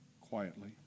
quietly